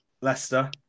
Leicester